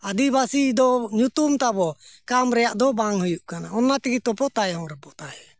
ᱟᱹᱫᱤᱵᱟᱹᱥᱤ ᱫᱚ ᱧᱩᱛᱩᱢ ᱛᱟᱵᱚᱱ ᱠᱟᱢ ᱨᱮᱱᱟᱜ ᱫᱚ ᱵᱟᱝ ᱦᱩᱭᱩᱜ ᱠᱟᱱᱟ ᱚᱱᱟ ᱛᱮᱜᱮ ᱛᱚᱵᱚᱱ ᱛᱟᱭᱚᱢ ᱨᱮᱵᱚᱱ ᱛᱟᱦᱮᱸᱭᱱᱟ